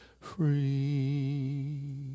free